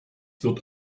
wird